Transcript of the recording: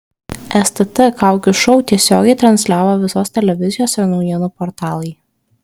stt kaukių šou tiesiogiai transliavo visos televizijos ir naujienų portalai